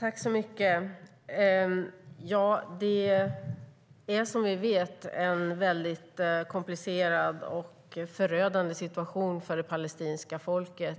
Herr talman! Det är som vi vet en väldigt komplicerad och förödande situation för det palestinska folket.